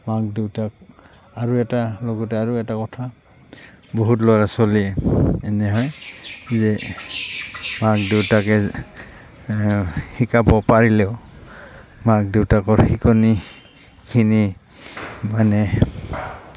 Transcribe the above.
মাক দেউতাক আৰু এটা লগতে আৰু এটা কথা বহুত ল'ৰা ছোৱালীয়ে এনে হয় যে মাক দেউতাকে শিকাব পাৰিলেও মাক দেউতাকৰ শিকনিখিনি মানে